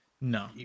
No